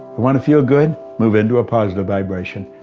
want to feel good? move into a positive vibration.